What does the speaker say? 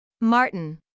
Martin